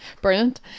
Brilliant